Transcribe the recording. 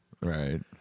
Right